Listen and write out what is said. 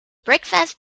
breakfast